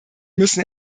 müssen